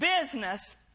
business